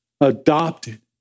adopted